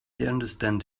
understand